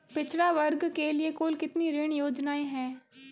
पिछड़ा वर्ग के लिए कुल कितनी ऋण योजनाएं हैं?